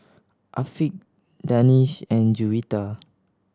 Afiq Danish and Juwita